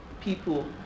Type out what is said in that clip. people